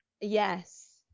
yes